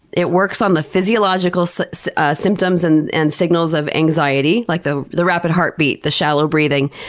it works on the physiological so ah symptoms and and signals of anxiety like the the rapid heartbeat, the shallow breathing,